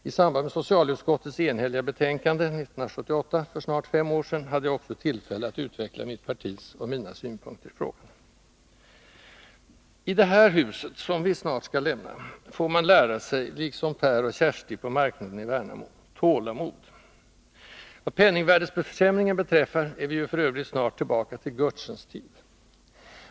I samband med socialutskottets enhälliga betänkande 1977/78:32 — för snart fem år sedan — hade jag också tillfälle att i kammaren utveckla mitt partis och mina synpunkter i denna fråga. I det här huset, som vi snart skall lämna, får man lära sig — liksom Per och Kersti på marknaden i Värnamo — tålamod. Vad penningvärdesförsämringen beträffar är vi ju f. ö. snart tillbaka i Görtzens tid.